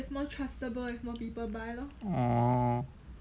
orh